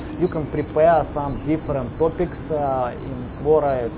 you can prepare some different topics in quora,